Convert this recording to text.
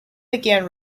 began